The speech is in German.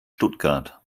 stuttgart